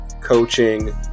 coaching